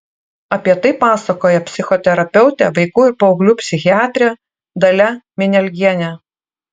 apie tai pasakoja psichoterapeutė vaikų ir paauglių psichiatrė dalia minialgienė